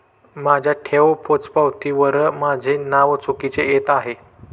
माझ्या ठेव पोचपावतीवर माझे नाव चुकीचे येत आहे